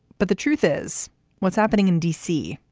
but the truth is what's happening in d c?